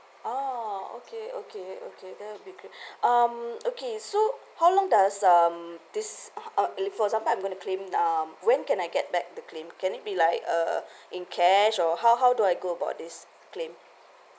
oh okay okay okay that will great um okay so how long does um this uh for example I'm going to claim um when can I get back the claim can it be like uh in cash or how how do I go about this claim